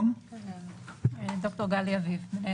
ד"ר גלי אביב.